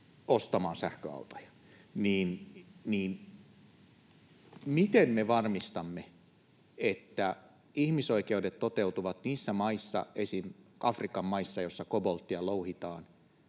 ostamaan sähköautoja. Miten me varmistamme, että ihmisoikeudet toteutuvat niissä maissa, esim. Afrikan maissa, joissa kobolttia louhitaan